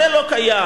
זה לא קיים.